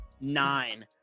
nine